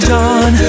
John